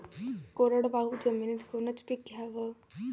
कोरडवाहू जमिनीत कोनचं पीक घ्याव?